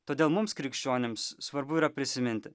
todėl mums krikščionims svarbu yra prisiminti